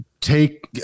take